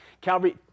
Calvary